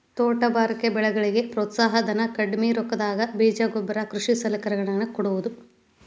ತೋಟಗಾರಿಕೆ ಬೆಳೆಗಳಿಗೆ ಪ್ರೋತ್ಸಾಹ ಧನ, ಕಡ್ಮಿ ರೊಕ್ಕದಾಗ ಬೇಜ ಗೊಬ್ಬರ ಕೃಷಿ ಸಲಕರಣೆಗಳ ನ್ನು ಕೊಡುವುದು